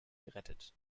gerettet